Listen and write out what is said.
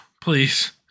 Please